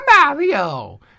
Mario